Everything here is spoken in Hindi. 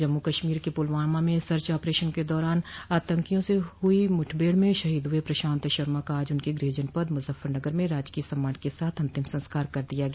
जम्मू कश्मीर के पुलवामा में सर्च आपरेशन के दौरान आतंकियों से हुई मुठभेड़ में शहीद हुए प्रशात शमा का आज उनके गृह जनपद मुजफ्फरनगर में राजकीय सम्मान के साथ अंतिम संस्कार कर दिया गया